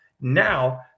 now